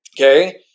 Okay